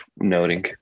noting